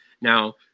now